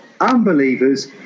unbelievers